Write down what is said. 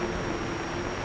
you know whe